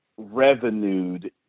revenued